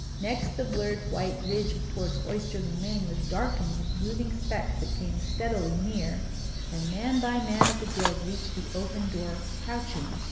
next, the blurred white ridge towards oyster-le-main was darkened with moving specks that came steadily near and man by man of the guild reached the open door crouching,